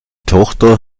tochter